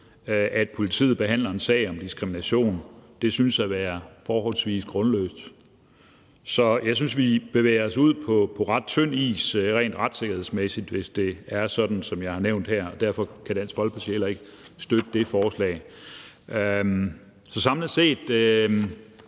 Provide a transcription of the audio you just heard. at politiet behandler en sag om diskrimination, synes at være forholdsvis grundløst. Så jeg synes, at vi bevæger os ud på ret tynd is rent retssikkerhedsmæssigt, hvis det er sådan, som jeg har nævnt her. Derfor kan Dansk Folkeparti heller ikke støtte det forslag. Der er samlet set